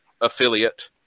affiliate